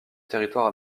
territoire